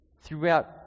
throughout